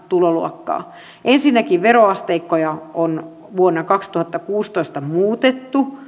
tuloluokkaa ensinnäkin veroasteikkoja on vuonna kaksituhattakuusitoista muutettu